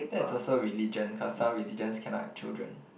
that's also religion got some religions cannot have children